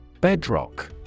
Bedrock